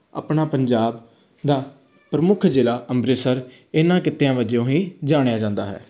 ਆਪਣਾ ਪੰਜਾਬ ਦਾ ਪ੍ਰਮੁੱਖ ਜ਼ਿਲ੍ਹਾ ਅੰਮ੍ਰਿਤਸਰ ਇਹਨਾਂ ਕਿੱਤਿਆਂ ਵਜੋਂ ਹੀ ਜਾਣਿਆ ਜਾਂਦਾ ਹੈ